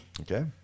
Okay